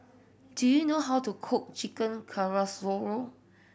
do you know how to cook Chicken